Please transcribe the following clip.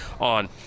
on